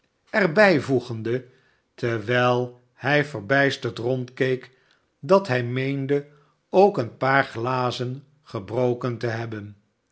er bijvjegende terwijl hij verbijsterd rondkeek dat hij meende ook een paar glazen gebroken te hebben